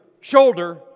shoulder